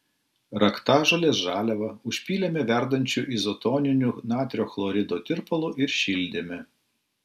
raktažolės žaliavą užpylėme verdančiu izotoniniu natrio chlorido tirpalu ir šildėme